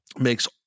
makes